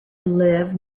live